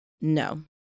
no